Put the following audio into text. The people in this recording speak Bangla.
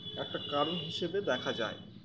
একটা কারণ হিসেবে দেখা যায়